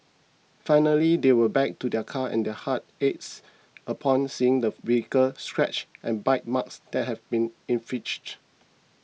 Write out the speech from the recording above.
finally they were back to their car and their hearts ached upon seeing the scratches and bite marks that had been inflicted